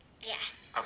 Yes